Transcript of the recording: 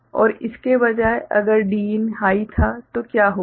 और इसके बजाय अगर Din हाइ था तो क्या होगा